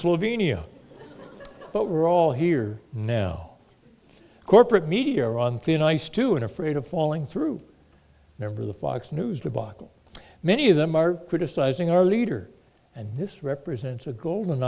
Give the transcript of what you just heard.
slovenia but we're all here now corporate media are on thin ice too and afraid of falling through numbers of fox news debacle many of them are criticizing our leader and this represents a gold